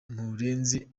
murenzi